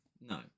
No